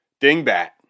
dingbat